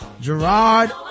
Gerard